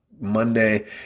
Monday